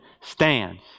stands